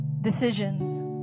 decisions